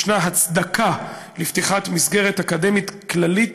ישנה הצדקה לפתיחת מסגרת אקדמית כללית